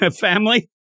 family